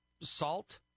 salt